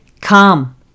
Come